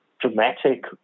dramatic